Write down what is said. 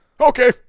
Okay